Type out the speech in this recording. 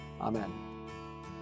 Amen